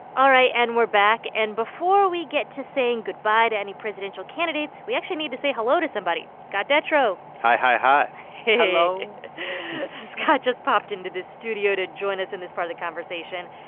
all right. and we're back. and before we get to saying goodbye to any presidential candidates, we actually need to say hello to somebody scott detrow hi, hi, hi hey hello scott just popped into the studio to join us in this part of the conversation.